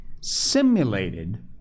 simulated